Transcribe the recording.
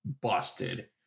busted